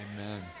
Amen